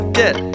get